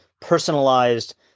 personalized